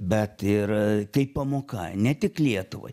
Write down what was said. bet ir kaip pamoka ne tik lietuvai